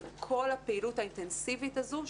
זה כל הפעילות האינטנסיבית הזו.